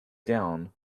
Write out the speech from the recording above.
down